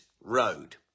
road